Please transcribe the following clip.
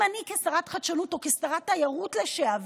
אם אני כשרת חדשנות או כשרת תיירות לשעבר